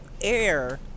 air